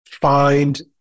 find